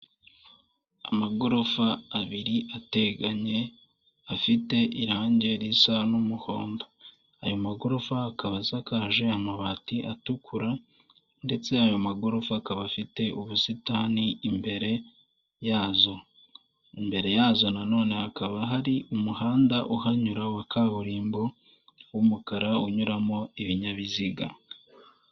Amagorofa abiri ateganye afite irangi risa n'umuhondo ayo magorofa akaba asakaje amabati atukura ndetse ayo magorofa akaba afite ubusitani imbere yazo. Imbere yazo nanone hakaba hari umuhanda uhanyura wa kaburimbo w'umukara unyuramo ibinyabiziga.